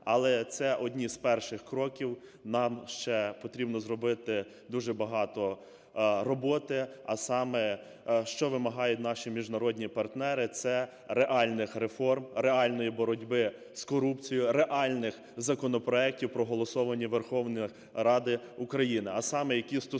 Але це одні з перших кроків, нам ще потрібно зробити дуже багато роботи, а саме, що вимагають наші міжнародні партнери – це реальних реформ, реальної боротьби з корупцією, реальних законопроектів, проголосованих у Верховній Раді України, а саме, які стосуються